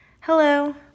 Hello